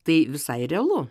tai visai realu